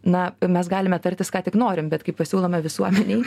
na mes galime tartis ką tik norim bet kai pasiūlome visuomenei